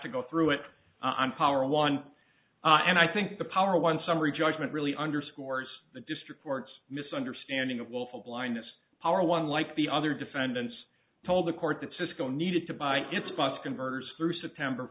to go through it on tower one and i think the power one summary judgment really underscores the district court's misunderstanding of willful blindness power one like the other defendants told the court that cisco needed to buy its bus converters through september